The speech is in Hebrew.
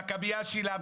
במכבייה שילמתם,